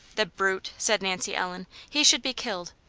the brute! said nancy ellen. he should be killed.